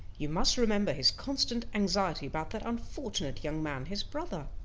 you must remember his constant anxiety about that unfortunate young man his brother.